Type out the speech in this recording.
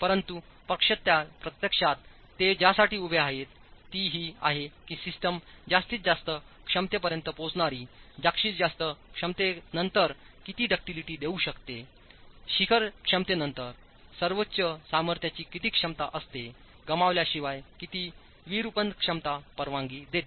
परंतु प्रत्यक्षात ते ज्यासाठी उभे आहे ते ही आहे की सिस्टम जास्तीत जास्त क्षमतेपर्यंत पोचणारी जास्तीत जास्त क्षमतेनंतर किती डक्टीलिटी देऊ शकते शिखर क्षमतेनंतर सर्वोच्च सामर्थ्याची किती क्षमता असते गमावल्याशिवायकिती विरूपण क्षमतापरवानगी देते